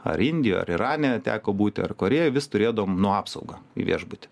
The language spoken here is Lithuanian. ar indijoj ar irane teko būti ar korėjoj vis turėdavom nu apsaugą viešbuty